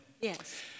Yes